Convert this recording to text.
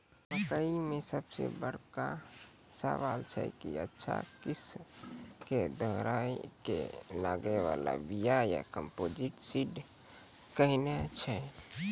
मकई मे सबसे बड़का सवाल छैय कि अच्छा किस्म के दोहराय के लागे वाला बिया या कम्पोजिट सीड कैहनो छैय?